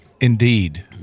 indeed